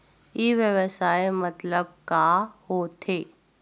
ई व्यवसाय मतलब का होथे?